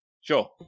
Sure